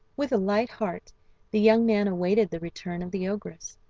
with a light heart the young man awaited the return of the ogress.